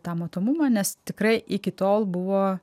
tą matomumą nes tikrai iki tol buvo